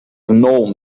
known